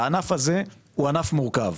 הענף הזה הוא ענף מורכב,